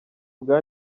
bwa